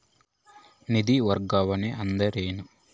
ನಿಧಿ ವರ್ಗಾವಣೆ ಅಂದರೆ ಏನು?